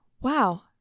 Wow